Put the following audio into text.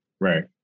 Right